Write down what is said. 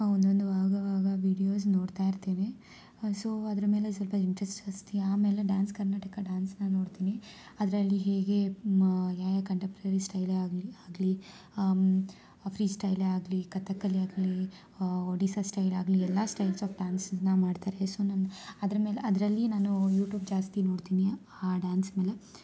ಒಂದೊಂದು ಆಗವಾಗ ವೀಡಿಯೋಸ್ ನೋಡ್ತಾ ಇರ್ತೇವೆ ಸೋ ಅದ್ರ ಮೇಲೆ ಸ್ವಲ್ಪ ಇಂಟ್ರೆಸ್ಟ್ ಜಾಸ್ತಿ ಆಮೇಲೆ ಡ್ಯಾನ್ಸ್ ಕರ್ನಾಟಕ ಡ್ಯಾನ್ಸನ್ನ ನೋಡ್ತೀನಿ ಅದರಲ್ಲಿ ಹೇಗೆ ಮ ಯಾವ ಯಾವ ಕಂಟೆಂಪ್ರರಿ ಸ್ಟೈಲೇ ಆಗ್ಲಿ ಆಗಲಿ ಫ್ರೀಸ್ಟೈಲೇ ಆಗಲಿ ಕಥಕ್ಕಳಿ ಆಗಲಿ ಓಡಿಸಾ ಸ್ಟೈಲ್ ಆಗಲಿ ಎಲ್ಲ ಸ್ಟೈಲ್ಸ್ ಆಫ್ ಡ್ಯಾನ್ಸನ್ನ ಮಾಡ್ತಾರೆ ಸೋ ನಮ್ಮ ಅದ್ರ್ಮೇಲೆ ಅದರಲ್ಲಿ ನಾನು ಯೂಟೂಬ್ ಜಾಸ್ತಿ ನೋಡ್ತೀನಿ ಆ ಡ್ಯಾನ್ಸ್ ಮೇಲೆ